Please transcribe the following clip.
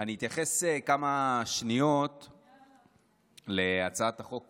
אני אתייחס בכמה שניות להצעת החוק